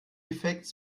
effekts